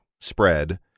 spread